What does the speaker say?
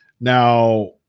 Now